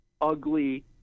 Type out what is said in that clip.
ugly